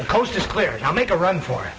the coast is clear i'll make a run for